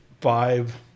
five